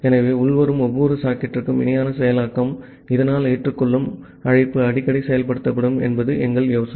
ஆகவே உள்வரும் ஒவ்வொரு சாக்கெட்டிற்கும் இணையான செயலாக்கம் இதனால் ஏற்றுக்கொள்ளும் அழைப்பு அடிக்கடி செயல்படுத்தப்படும் என்பது எங்கள் யோசனை